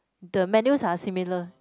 the menus are similar